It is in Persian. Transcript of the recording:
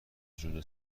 جون